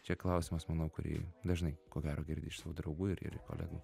čia klausimas manau kurį dažnai ko gero girdi iš savo draugų ir ir kolegų